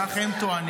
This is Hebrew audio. כך הם טוענים.